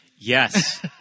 Yes